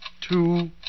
two